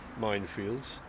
minefields